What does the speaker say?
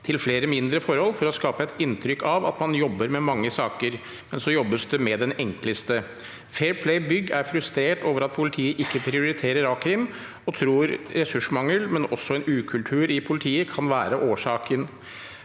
til flere mindre forhold for å skape et inntrykk av at man jobber med mange saker, men så job- bes det med den enkleste. Fair Play Bygg er frustrert over at politiet ikke prioriterer a-krim, og tror ressursmangel, men også en ukultur i politiet, kan være årsaken.